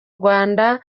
rwanda